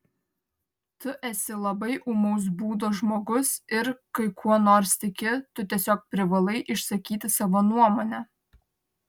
tu esi labai ūmaus būdo žmogus ir kai kuo nors tiki tu tiesiog privalai išsakyti savo nuomonę